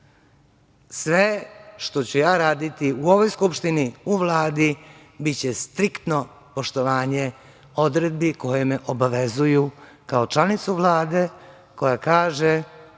Sve što ću ja raditi u ovoj Skupštini, Vladi biće striktno poštovanje odredbi koje me obavezuju kao članicu Vlade koja kaže,